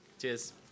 Cheers